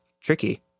tricky